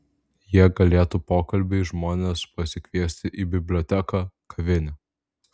jie galėtų pokalbiui žmones pasikviesti į biblioteką kavinę